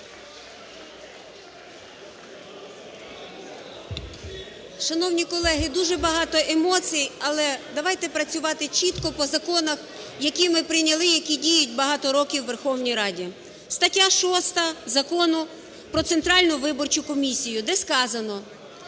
Шановні колеги, дуже багато емоцій, але давайте працювати чітко по законах, які ми прийняли, які діють багато років у Верховній Раді. Стаття 6 Закону "Про Центральну виборчу комісію", де сказано,